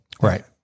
Right